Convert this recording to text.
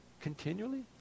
continually